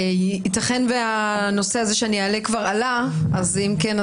ייתכן שהנושא שאעלה כבר עלה - אם כן,